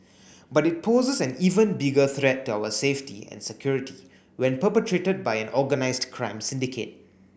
but it poses an even bigger threat to our safety and security when perpetrated by an organised crime syndicate